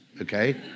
okay